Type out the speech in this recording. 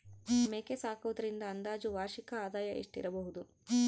ಮೇಕೆ ಸಾಕುವುದರಿಂದ ಅಂದಾಜು ವಾರ್ಷಿಕ ಆದಾಯ ಎಷ್ಟಿರಬಹುದು?